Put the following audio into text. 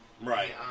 Right